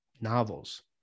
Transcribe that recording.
novels